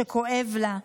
שכואב לה,